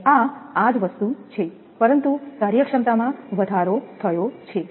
અને આ આ વસ્તુ છે પરંતુ કાર્યક્ષમતામાં વધારો થયો છે